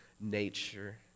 nature